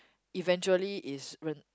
eventually it's ren~